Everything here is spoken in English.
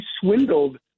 swindled